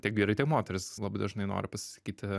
tiek vyrai tiek moterys labai dažnai nori pasisakyti